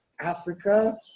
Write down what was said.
Africa